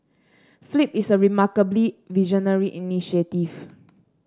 flip is a remarkably visionary initiative